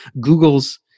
Google's